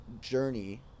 journey